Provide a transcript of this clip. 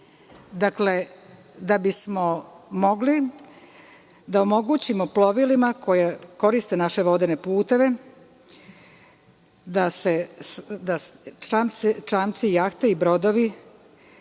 Dakle, da bismo mogli da omogućimo plovilima koji koriste naše vodene puteve da čamce, jahte i brodove